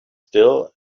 still